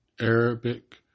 arabic